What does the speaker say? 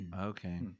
Okay